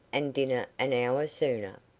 and dinner an hour sooner.